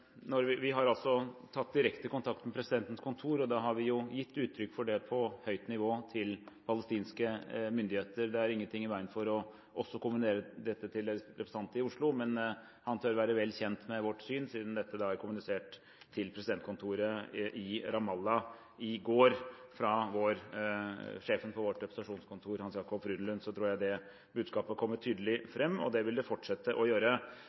har sagt i stortingssalen? Jeg vil først si at vi har tatt direkte kontakt med presidentens kontor. Da har vi gitt uttrykk for det på høyt nivå til palestinske myndigheter. Det er ingen ting i veien for også å kommunisere dette til representanten i Oslo, men han tør være vel kjent med vårt syn siden dette ble kommunisert til presidentkontoret i Ramallah i går fra sjefen for vårt representasjonskontor, Hans Jacob Frydenlund. Så jeg tror det budskapet har kommet tydelig fram. Det